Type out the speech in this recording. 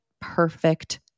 perfect